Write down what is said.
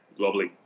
globally